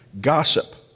gossip